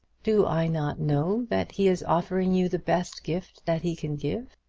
do i not know that he is offering you the best gift that he can give?